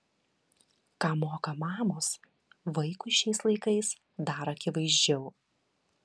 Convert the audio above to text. ką moka mamos vaikui šiais laikais dar akivaizdžiau